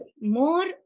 more